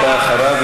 אתה אחריו,